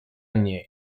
mnie